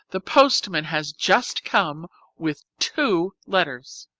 the postman has just come with two letters.